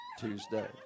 Tuesday